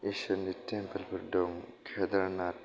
इसोरनि तेम्पोलफोर दं केदारनाथ